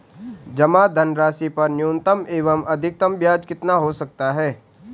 जमा धनराशि पर न्यूनतम एवं अधिकतम ब्याज कितना हो सकता है?